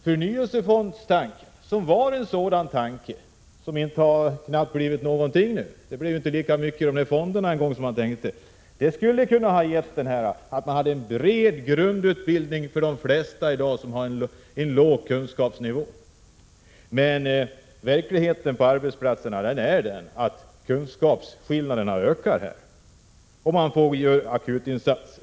Förnyelsefonderna var en tanke som knappast har blivit någonting — det blevinte ens så mycket i fonderna som man tänkte. De skulle ha kunnat ge en bred grundutbildning åt de flesta som i dag har en låg kunskapsnivå. Men verkligheten på arbetsplatserna är att kunskapsskillnaderna ökar, och man — Prot. 1986/87:94 får göra akutinsatser.